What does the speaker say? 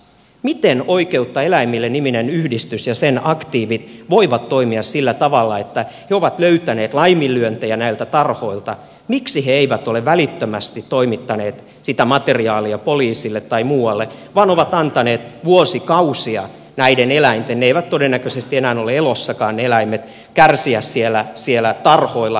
miten oikeutta eläimille niminen yhdistys ja sen aktiivit voivat toimia sillä tavalla että he ovat löytäneet laiminlyöntejä näiltä tarhoilta mutta he eivät ole välittömästi toimittaneet sitä materiaalia poliisille tai muualle vaan ovat antaneet vuosikausia näiden eläinten ne eläimet eivät todennäköisesti enää ole elossakaan kärsiä siellä tarhoilla